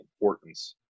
importance